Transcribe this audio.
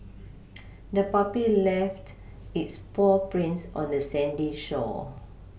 the puppy left its paw prints on the sandy shore